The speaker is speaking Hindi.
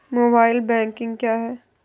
मोबाइल बैंकिंग क्या है?